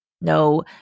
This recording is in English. No